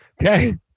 Okay